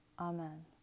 Amen